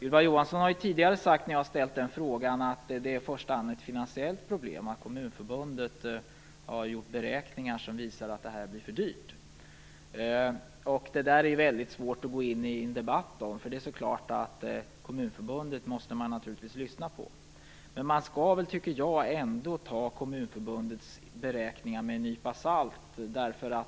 När jag tidigare har tagit upp denna fråga har Ylva Johansson sagt att det i första hand är ett finansiellt problem och att Kommunförbundet har gjort beräkningar som visar att det skulle bli för dyrt. Det är svårt att gå in i en debatt om detta, för det är klart att man måste lyssna på Kommunförbundet. Men jag tycker ändå att man skall ta Kommunförbundets beräkningar med en nypa salt.